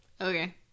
Okay